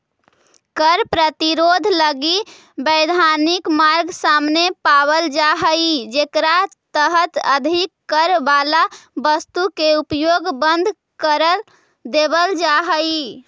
कर प्रतिरोध लगी वैधानिक मार्ग सामने पावल जा हई जेकरा तहत अधिक कर वाला वस्तु के उपयोग बंद कर देवल जा हई